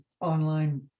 online